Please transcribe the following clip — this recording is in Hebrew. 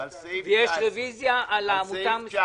הצעת אישור מוסדות ציבור לעניין סעיף 46